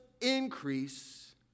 increase